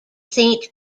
saint